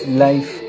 life